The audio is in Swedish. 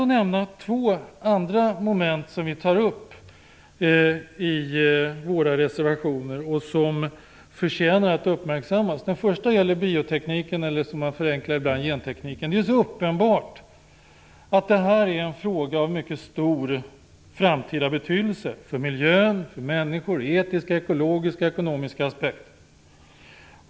Jag vill nämna två andra moment som vi tar upp i våra reservationer, vilka förtjänar att uppmärksammas. Den första gäller biotekniken eller, som man ibland förenklat säger, gentekniken. Det är så uppenbart att detta är en fråga som är av mycket stor framtida betydelse för miljön, för människor och från etiska, ekologiska och ekonomiska aspekter.